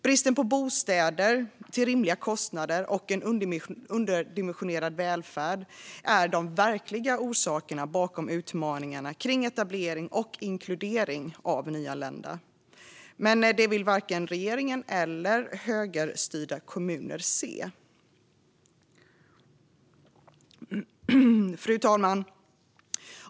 Bristen på bostäder till rimliga kostnader och en underdimensionerad välfärd är de verkliga orsakerna bakom utmaningarna kring etablering och inkludering av nyanlända. Men det vill varken regeringen eller högerstyrda kommuner se. Fru talman!